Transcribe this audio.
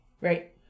right